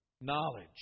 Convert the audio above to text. Knowledge